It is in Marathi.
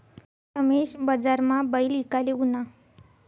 रमेश बजारमा बैल ईकाले ऊना